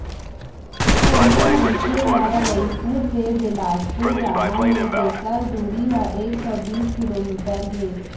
कोनो मनखे ल रइपुर ले बेलासपुर जाना हे जेकर दूरी ह एक सौ बीस किलोमीटर हे